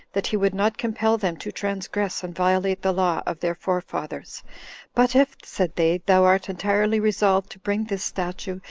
that he would not compel them to transgress and violate the law of their forefathers but if, said they, thou art entirely resolved to bring this statue,